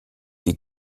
die